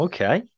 Okay